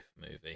movie